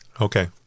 Okay